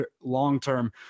long-term